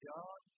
God